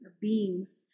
beings